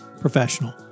professional